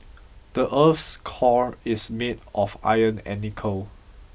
the earth's core is made of iron and nickel